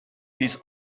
his